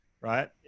Right